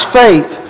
faith